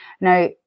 Now